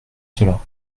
cela